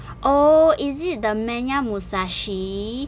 oh is it the menya musashi